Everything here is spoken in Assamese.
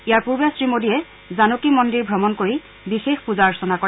ইয়াৰ পূৰ্বে শ্ৰীমোডীয়ে জানকী মন্দিৰ দৰ্শন কৰি বিশেষ পূজা অৰ্চনা কৰে